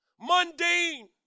mundane